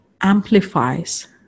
amplifies